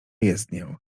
jezdnię